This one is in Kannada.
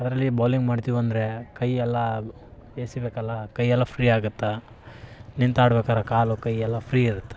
ಅದರಲ್ಲಿ ಬೊಲಿಂಗ್ ಮಾಡ್ತೀವಿ ಅಂದರೆ ಕೈ ಎಲ್ಲ ಎಸೀಬೇಕಲ್ಲ ಕೈಯೆಲ್ಲ ಫ್ರೀ ಆಗತ್ತೆ ನಿಂತು ಆಡ್ಬೇಕಾದ್ರೆ ಕಾಲು ಕೈ ಎಲ್ಲ ಫ್ರೀ ಇರತ್ತೆ